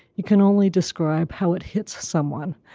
you can only describe how it hits someone.